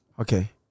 Okay